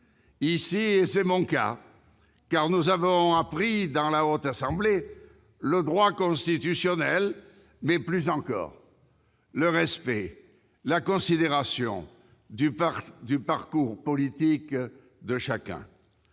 Ici, et c'est mon cas, nous avons appris le droit constitutionnel et, plus encore, le respect, la considération du parcours politique de chacun.